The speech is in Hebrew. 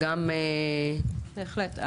בהחלט,